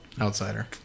Outsider